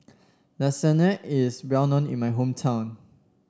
Lasagne is well known in my hometown